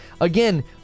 again